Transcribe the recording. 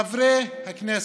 חברי הכנסת,